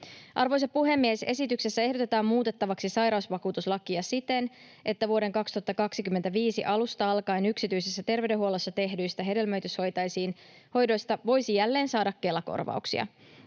Arvoisa puhemies! Esityksessä ehdotetaan muutettavaksi sairausvakuutuslakia siten, että vuoden 2025 alusta alkaen yksityisessä terveydenhuollossa tehdyistä hedelmöityshoidoista voisi jälleen saada Kela-korvauksia.